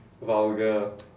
vulgar